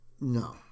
No